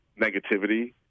negativity